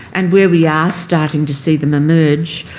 and where we are starting to see them emerge,